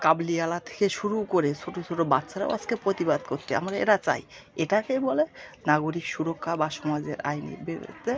কাবুলিয়ালা থেকে শুরু করে ছোটো ছোটো বাচ্চারাও আজকে প্রতিবাদ করতে আমরা এটা চাই এটাকেই বলে নগরিক সুরক্ষা বা সমাজের আইনের বিরুদ্ধে